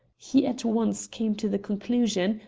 he at once came to the conclusion,